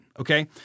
Okay